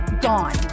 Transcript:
gone